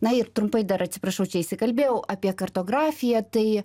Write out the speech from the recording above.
na ir trumpai dar atsiprašau čia įsikalbėjau apie kartografiją tai